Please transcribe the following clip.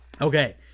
Okay